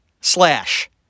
slash